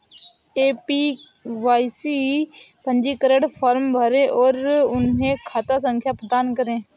APY पंजीकरण form भरें और उन्हें खाता संख्या प्रदान करें